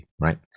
right